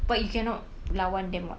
but you cannot lawan them [what]